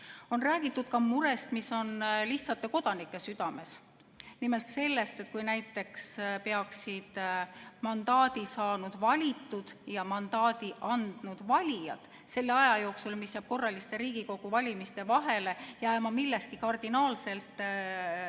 räägitud ka murest, mis on lihtsate kodanike südames. Nimelt sellest, et kui näiteks peaksid mandaadi saanud valitud ja mandaadi andnud valijad selle aja jooksul, mis jääb korraliste Riigikogu valimiste vahele, jääma milleski kardinaalselt